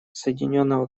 соединенного